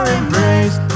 embrace